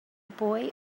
boy